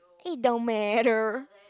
it don't matter